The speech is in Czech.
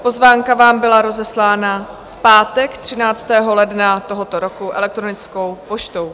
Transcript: Pozvánka vám byla rozeslána v pátek 13. ledna tohoto roku elektronickou poštou.